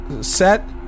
set